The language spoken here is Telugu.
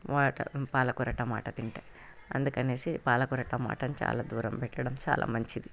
పాలకూర టమాట తింటే అందుకని పాలకూర టమోటాని చాలా దూరం పెట్టడం చాలా మంచిది